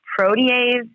protease